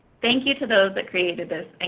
thank you to those that created this, and